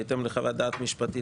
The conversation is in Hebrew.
בהתאם לחוות דעת משפטית,